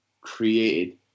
created